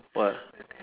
what